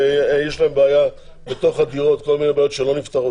שיש להן בעיות בתוך הדירות שלא נפתרות